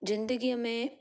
ज़िन्दगीअ में